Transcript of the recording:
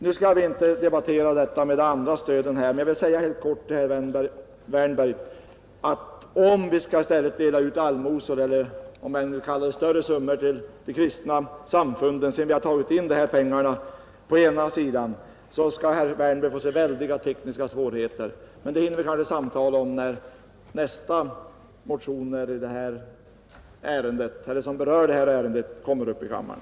Vi skall inte nu debattera frågan om de andra stödformerna, men jag vill i korthet säga till herr Wärnberg, att om vi nu skall dela ut allmosor — eller större summor — till de kristna samfunden sedan vi tagit in dessa pengar på den ena sidan, så kommer herr Wärnberg att upptäcka stora tekniska svårigheter. Men den saken hinner vi kanske samtala om nästa gång motioner som berör detta ärende kommer upp till behandling i kammaren.